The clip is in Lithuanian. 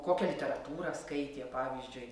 kokią literatūrą skaitė pavyzdžiui